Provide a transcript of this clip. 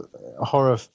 horror